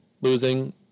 losing